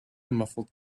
muffled